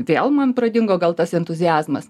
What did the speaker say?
vėl man pradingo gal tas entuziazmas